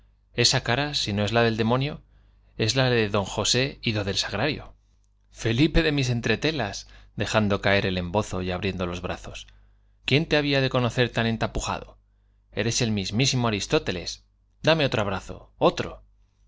esa cara no es del demonio es la de d j osé ido del sagrario felipe de mis entretelas dejando caer el embozo y abriendo los brazos quién te había de conocer tan entapujado p eres el mismísimo aristó teles i dame otro abrazo otro